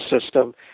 system